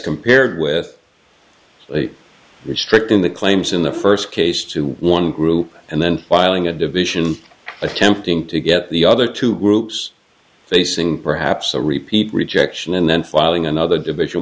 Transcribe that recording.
compared with a district in the claims in the first case to one group and then filing a division attempting to get the other two groups facing perhaps a repeat rejection and then following another division